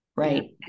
right